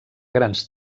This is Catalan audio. grans